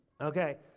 Okay